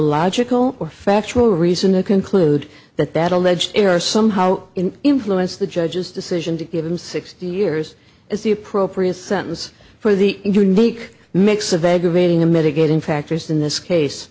logical or factual reason to conclude that that alleged error somehow influenced the judge's decision to give him sixty years is the appropriate sentence for the unique mix of a good rating a mitigating factors in this case